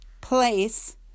place